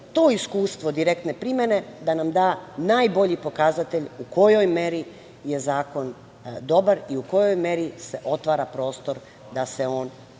to iskustvo direktne primene da nam da najbolji pokazatelj u kojoj meri je zakon dobar i u kojoj meri se otvara prostor da se on